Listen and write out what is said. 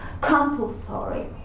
compulsory